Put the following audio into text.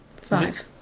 Five